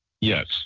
Yes